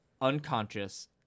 unconscious